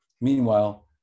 Meanwhile